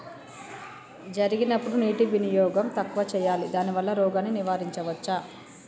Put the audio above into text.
జరిగినప్పుడు నీటి వినియోగం తక్కువ చేయాలి దానివల్ల రోగాన్ని నివారించవచ్చా?